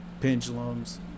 Pendulums